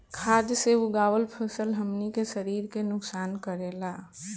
खाद्य से उगावल फसल हमनी के शरीर के नुकसान करेला